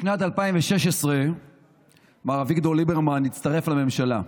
בשנת 2016 מר אביגדור ליברמן הצטרף לממשלה.